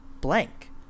blank